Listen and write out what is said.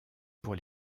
pour